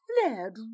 flared